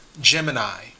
Gemini